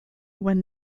when